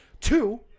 two